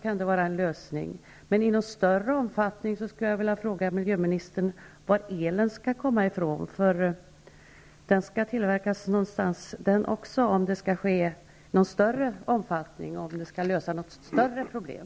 Men varifrån skall el i större omfattning komma? Elen skall ju också tas någonstans, om nu de aktuella åtgärderna skall vidtas i större omfattning och om det gäller att lösa större problem.